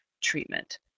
treatment